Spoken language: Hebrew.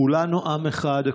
כולנו עם אחד,